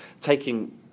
taking